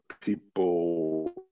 people